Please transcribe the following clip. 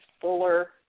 fuller